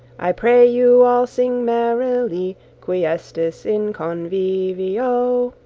i pray you all synge merily qui estis in convivio.